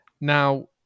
Now